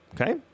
okay